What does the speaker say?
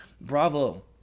Bravo